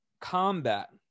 combat